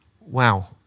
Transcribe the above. wow